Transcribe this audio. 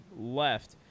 left